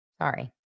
Sorry